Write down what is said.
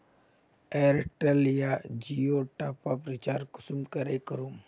Airtel या जियोर top up recharge कुंसम करे करूम?